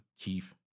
Keith